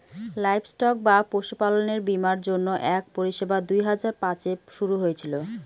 livestock বা পশুপালনের বীমার জন্য এক পরিষেবা দুই হাজার পাঁচে শুরু হয়েছিল